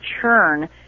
churn